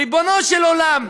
ריבונו של עולם,